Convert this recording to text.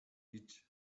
гэж